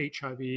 HIV